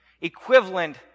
equivalent